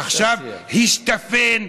עכשיו השתפן,